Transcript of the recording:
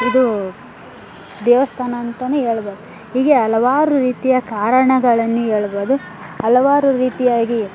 ಇದು ದೇವಸ್ಥಾನ ಅಂತಲೇ ಹೇಳ್ಬೋದು ಹೀಗೆ ಹಲವಾರು ರೀತಿಯ ಕಾರಣಗಳನ್ನು ಹೇಳ್ಬೋದು ಹಲವಾರು ರೀತಿಯಾಗಿ